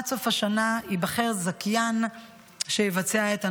עד סוף השנה ייבחר זכיין שיבצע את הנושא.